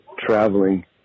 traveling